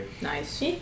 Nice